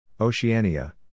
Oceania